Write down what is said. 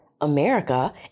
america